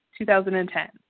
2010